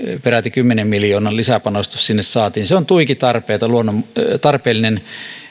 peräti kymmenen miljoonan lisäpanostus sinne saatiin se on tuiki tarpeellinen